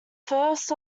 first